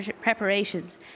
preparations